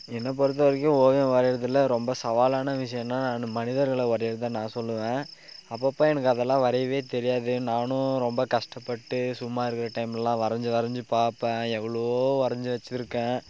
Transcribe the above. என்னை பொறுத்தவரைக்கும் ஓவியம் வரையறதில் ரொம்ப சவாலான விஷியன்னா நான் மனிதர்களை வரைகிறதுதான் நான் சொல்லுவேன் அப்பப்போ எனக்கு அதலாம் வரையவே தெரியாது நானும் ரொம்ப கஷ்டப்பட்டு சும்மா இருக்கிற டைம்லலாம் வரைஞ்சி வரைஞ்சி பார்ப்பேன் எவ்வளோவோ வரைஞ்சி வச்சிருக்கேன்